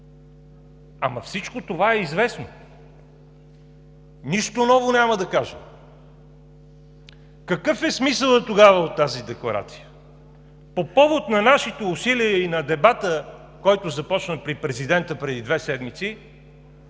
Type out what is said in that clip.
Ама всичко това е известно, нищо ново няма да кажем. Какъв е смисълът тогава от тази декларация? По повод на нашите усилия и на дебата, който започна при президента преди две седмици,